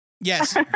Yes